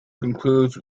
concludes